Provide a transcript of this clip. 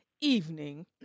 evening